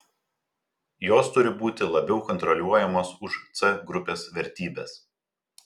jos turi būti labiau kontroliuojamos už c grupės vertybes